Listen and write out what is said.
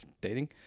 dating